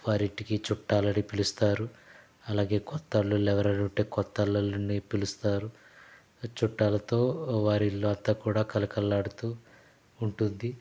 వారింటికి చుట్టాలని పిలుస్తారు అలాగే కొత్త అల్లుళ్ళు ఎవరైనా ఉంటే కొత్త అల్లుళ్ళుని పిలుస్తారు చుట్టాలతో వారి ఇల్లు అంతా కూడా కలకలాడుతూ ఉంటుంది